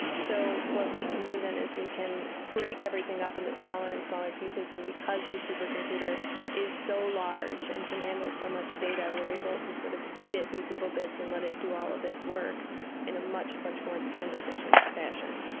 so what we can do then is we can break everything up into smaller and smaller pieces. and because the supercomputer is so large and can handle so much data, we are able to sort of feed it these little bits and let it do all of its work in a much, much more time efficient fashion.